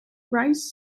rice